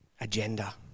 Agenda